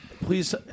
Please